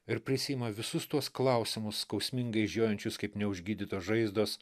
ir prisiima visus tuos klausimus skausmingai žiojančius kaip neužgydytos žaizdos